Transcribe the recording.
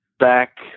Back